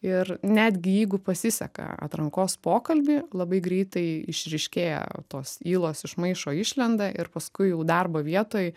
ir netgi jeigu pasiseka atrankos pokalby labai greitai išryškėja tos ylos iš maišo išlenda ir paskui jau darbo vietoj